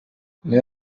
meya